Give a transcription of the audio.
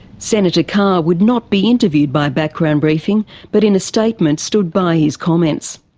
senator carr would not be interviewed by background briefing but in a statement stood by his comments.